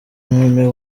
mme